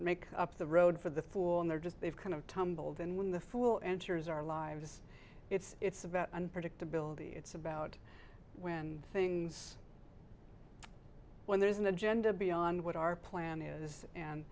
make up the road for the four and they're just they've kind of tumbled and when the fool enters our lives it's about unpredictability it's about when things when there is an agenda beyond what our plan is and